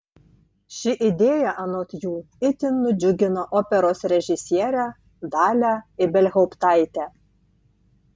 ši idėja anot jų itin nudžiugino operos režisierę dalią ibelhauptaitę